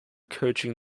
coaching